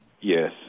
Yes